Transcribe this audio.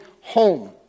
home